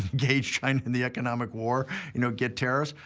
engage china in the economic war you know get tariffs,